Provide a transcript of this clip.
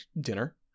dinner